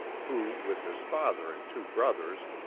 who, with his father and two brothers,